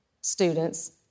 students